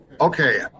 Okay